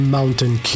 Mountain